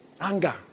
Anger